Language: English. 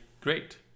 great